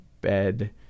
bed